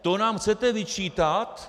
To nám chcete vyčítat?